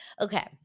Okay